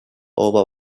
over